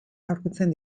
aurkitzen